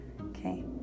Okay